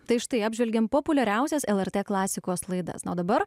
tai štai apžvelgėm populiariausias lrt klasikos laidas na o dabar